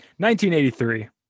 1983